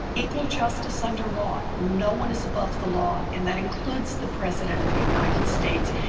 equal justice under law. no one is above the law and that includes the president of the united states.